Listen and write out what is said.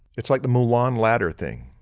it's like the mulan ladder thing,